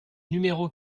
numéro